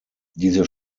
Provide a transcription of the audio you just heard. diese